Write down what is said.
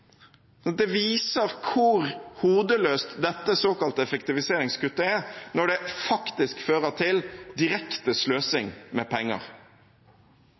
Det viser hvor hodeløst dette såkalte effektiviseringskuttet er, når det faktisk fører til direkte sløsing med penger.